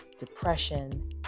Depression